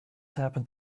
happened